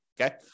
okay